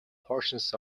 portions